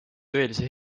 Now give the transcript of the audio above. tõelise